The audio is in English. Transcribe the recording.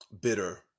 bitter